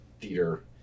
theater